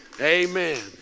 Amen